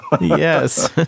Yes